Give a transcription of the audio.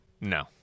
No